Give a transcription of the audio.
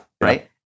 Right